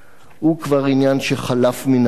הם כבר עניין שחלף מן העולם.